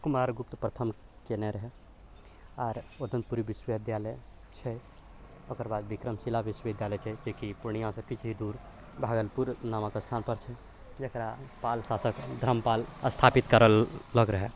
कुमार गुप्त प्रथम केने रहै आओर ओदन्तपुरी विश्वविद्यालय छै ओकर बाद विक्रमशिला विश्वविद्यालय छै जेकि पूर्णियासँ किछु ही दूर भागलपुर नामक स्थानपर छै जकरा पाल शासक धर्मपाल स्थापित करलक रहै